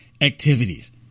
activities